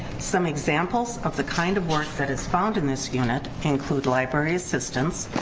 some examples of the kind of work that is found in this unit include library assistants,